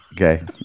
okay